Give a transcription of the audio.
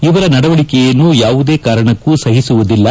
ಇವರ ನಡವಳಕೆಯನ್ನು ಯಾವುದೇ ಕಾರಣಕ್ಕೂ ಸಹಿಸುವುದಿಲ್ಲ